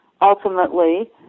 ultimately